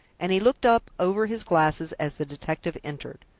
and he looked up over his glasses as the detective entered.